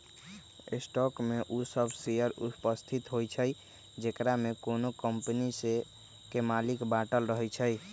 stock में उ सभ शेयर उपस्थित होइ छइ जेकरामे कोनो कम्पनी के मालिक बाटल रहै छइ